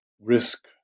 risk